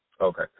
Okay